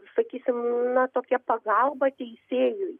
sakysim na tokia pagalba teisėjui